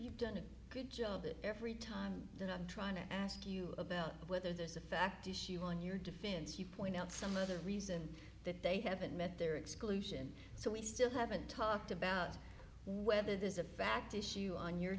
you've done a good job that every time they're not trying to ask you about whether this is a fact issue on your defense you point out some other reason that they haven't met their exclusion so we still haven't talked about whether this is a fact issue on your